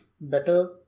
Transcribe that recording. better